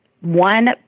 one